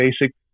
basic